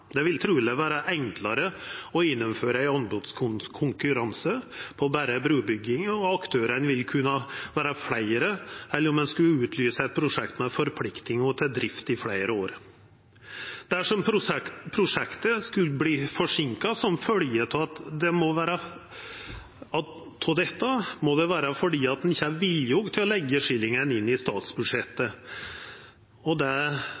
Det vil truleg vera enklare å gjennomføra ein anbodskonkurranse om berre brubygginga, og aktørane vil kunna vera fleire enn om ein skulle utlysa eit prosjekt med forpliktingar til drift i fleire år. Dersom prosjektet skulle verta forseinka som følgje av dette, må det vera fordi ein ikkje er viljug til å leggja skillingane inn i statsbudsjettet.